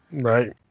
Right